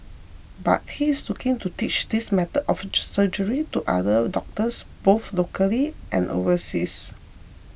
but he is looking to teach this method of surgery to other doctors both locally and overseas